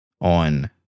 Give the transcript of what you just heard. on